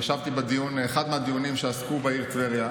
ישבתי באחד מהדיונים שעסקו בעיר טבריה,